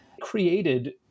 created